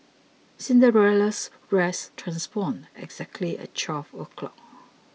cinderella's dress transformed exactly at twelve o' clock